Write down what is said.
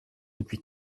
depuis